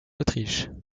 autriche